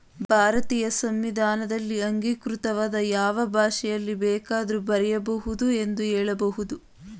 ಭಾರತೀಯ ಸಂವಿಧಾನದಲ್ಲಿ ಅಂಗೀಕೃತವಾದ ಯಾವ ಭಾಷೆಯಲ್ಲಿ ಬೇಕಾದ್ರೂ ಬರೆಯ ಬಹುದು ಎಂದು ಹೇಳಬಹುದು